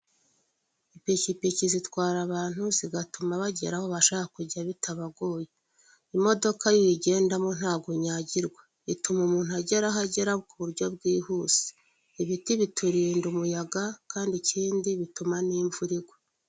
Ipikipiki zitwara abantu zigatuma bagera aho bashaka kujya bitabagoye imodoka yo iyo uyigendama ntabwo unyagirwa ituma umuntu ugera aho agera ku buryo bwihuse ibiti biturinda umuyaga kandi ikindi bituma n'imvura igwa.